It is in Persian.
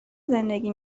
زندگی